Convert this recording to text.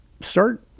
Start